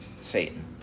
Satan